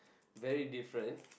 very different